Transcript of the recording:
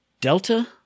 Delta